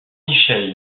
michel